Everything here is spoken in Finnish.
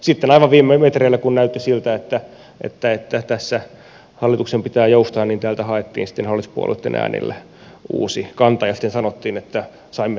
sitten aivan viime metreillä kun näytti siltä että tässä hallituksen pitää joustaa haettiin hallituspuolueitten äänillä uusi kanta ja sitten sanottiin että saimme tavoitteemme läpi